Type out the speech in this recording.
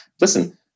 listen